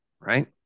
Right